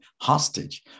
hostage